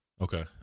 Okay